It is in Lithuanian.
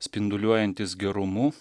spinduliuojantis gerumu